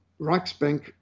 Reichsbank